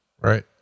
Right